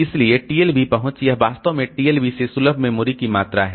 इसलिए टीएलबी पहुंच यह वास्तव में TLB से सुलभ मेमोरी की मात्रा है